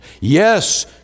Yes